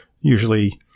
usually